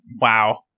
wow